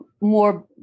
more